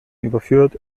überführt